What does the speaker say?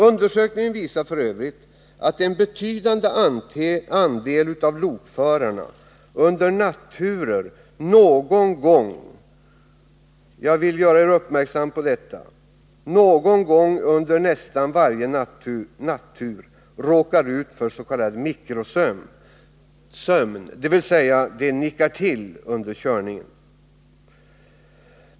Undersökningen visar f. ö. att en betydande andel av lokförarna — jag vill göra er uppmärksamma på detta — någon gång under nästan varje nattur råkar ut för s.k. mikrosömn, dvs. de ”nickar till” under körningen.